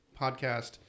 podcast